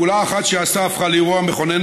ופעולה אחת שעשה הפכה לאירוע מכונן